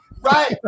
right